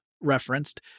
referenced